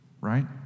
right